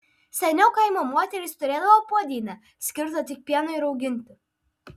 seniau kaimo moterys turėdavo puodynę skirtą tik pienui rauginti